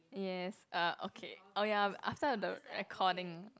yes uh okay oh ya after the recording